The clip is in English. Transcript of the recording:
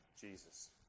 Jesus